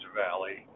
valley